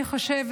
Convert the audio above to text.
אני חושבת,